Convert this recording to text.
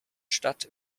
stadt